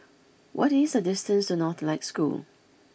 what is the distance to Northlight School